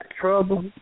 trouble